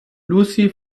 lucy